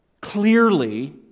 clearly